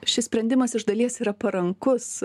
šis sprendimas iš dalies yra parankus